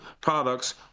products